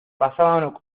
pasaban